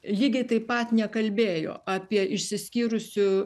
lygiai taip pat nekalbėjo apie išsiskyrusių